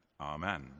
amen